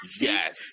Yes